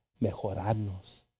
mejorarnos